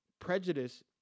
prejudice